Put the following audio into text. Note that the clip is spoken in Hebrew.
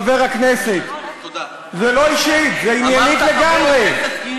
חבר הכנסת, זה לא אישי, זה עניינית לגמרי.